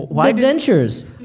adventures